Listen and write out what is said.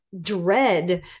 dread